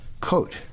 coat